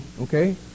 Okay